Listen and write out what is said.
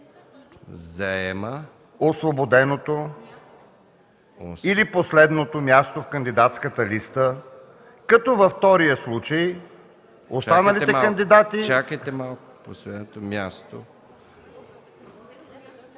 заема освободеното или последното място в кандидатската листа, като във втория случай останалите кандидати се пренареждат с едно място